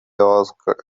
asked